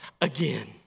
again